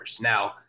now